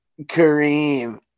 Kareem